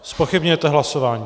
Nezpochybňujete hlasování?